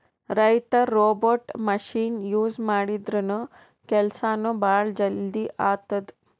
ರೈತರ್ robot machine use ಮಾಡದ್ರಿನ್ದ ಕೆಲ್ಸನೂ ಭಾಳ್ ಜಲ್ದಿ ಆತದ್